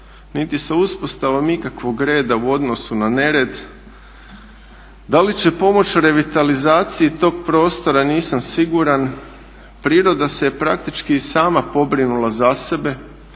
niti sa uspostavom ikakvog reda u odnosu na nered. Da li će pomoći revitalizaciji tog prostora nisam siguran. Priroda se praktički i sama pobrinula za sebe.